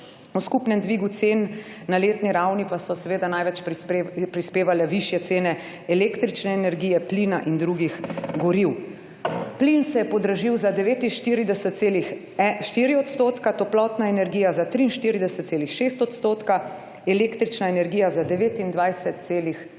V skupnem dvigu cen na letni ravni pa so seveda največ prispevale višje cene električne energije, plina in drugih goriv. Plin se je podražil za 49,4 odstotka, toplotna energija za 43,6 odstotka, električna energija za 29,4